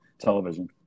Television